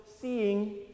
seeing